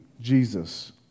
Jesus